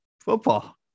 football